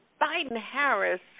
Biden-Harris